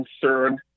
concern